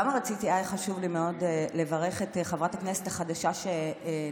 למה היה לי חשוב מאוד לברך את חברת הכנסת החדשה שנכנסה?